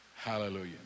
Hallelujah